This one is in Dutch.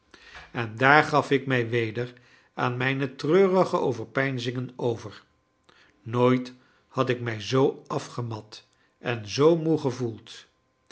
en daar gaf ik mij weder aan mijne treurige overpeinzingen over nooit had ik mij zoo afgemat en moe gevoeld